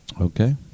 Okay